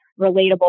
relatable